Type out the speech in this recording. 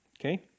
okay